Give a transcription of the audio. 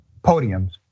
podiums